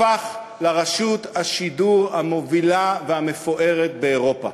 הפך לרשות השידור המובילה והמפוארת באירופה,